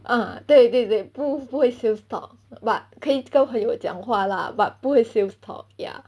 ah 对对对不会 sales talk but 可以跟朋友讲话 lah but 不会 sales talk ya